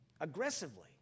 aggressively